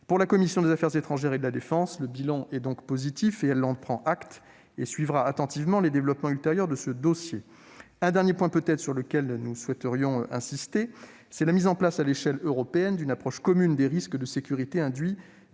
Pour la commission des affaires étrangères et de la défense, le bilan est donc positif. Elle en prend acte et suivra attentivement les développements ultérieurs de ce dossier. Elle souhaite également insister sur la mise en place, à l'échelle européenne, d'une approche commune des risques de sécurité induits